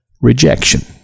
rejection